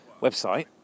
website